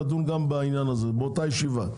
נדון גם בעניין הזה באותה ישיבה.